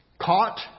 Caught